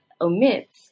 omits